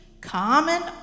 Common